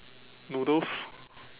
noodles